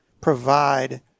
provide